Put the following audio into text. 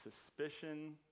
suspicion